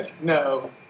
No